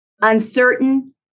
uncertain